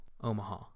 Omaha